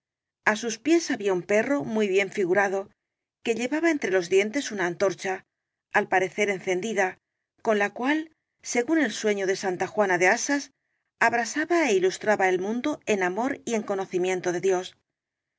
á sus pies había un perro muy bien figurado que llevaba entre los dientes una antorcha al pare cer encendida con la cual según el sueño de santa juana de asas abrasaba é ilustraba el mundo en í amor y en conocimiento de dios